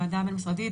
ועדה בין-משרדית,